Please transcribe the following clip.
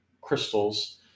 crystals